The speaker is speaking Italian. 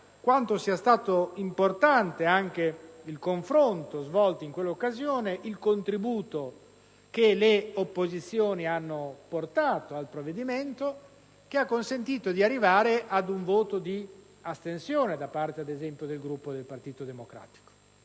quanto sia stato importante il confronto svolto in quell'occasione e il contributo che le opposizioni hanno dato al provvedimento, che ha consentito di arrivare ad un voto di astensione da parte del Gruppo del Partito Democratico.